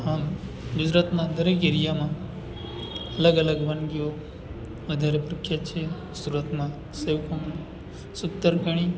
આમ ગુજરાતના દરેક એરિયામાં અલગ અલગ વાનગીઓ વધારે પ્રખ્યાત છે સુરતમાં સેવ ખમણ સૂતર ફેણી